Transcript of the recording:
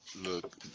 look